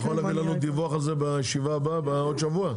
אתה יכול להביא לנו דיווח על זה בשיבה הבאה בעוד שבוע.